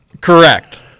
Correct